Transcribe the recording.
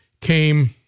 came